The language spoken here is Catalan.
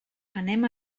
anem